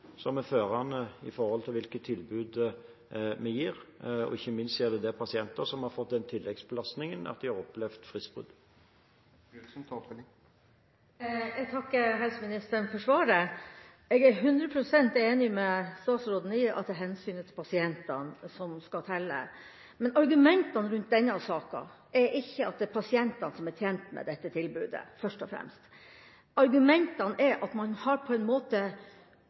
hvilke tilbud vi gir. Ikke minst gjelder det pasienter som har fått den tilleggsbelastningen det er å ha opplevd fristbrudd. Jeg takker helseministeren for svaret. Jeg er 100 pst. enig med statsråden i at det er hensynet til pasientene som skal telle. Men argumentene i denne saken er ikke at det først og fremst er pasientene som er tjent med dette tilbudet. Argumentene er at man på en måte